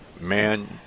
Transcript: Man